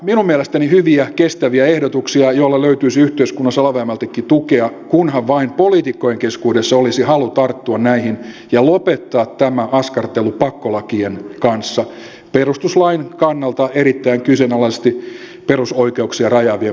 minun mielestäni aika hyviä kestäviä ehdotuksia joille löytyisi yhteiskunnassa laveammaltikin tukea kunhan vain poliitikkojen keskuudessa olisi halu tarttua näihin ja lopettaa tämä askartelu pakkolakien kanssa perustuslain kannalta erittäin kyseenalaisesti perusoikeuksia rajaavien pakkolakien kanssa